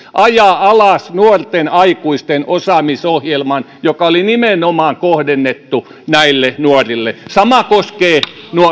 ajaa alas nuorten aikuisten osaamisohjelman joka oli nimenomaan kohdennettu näille nuorille sama koskee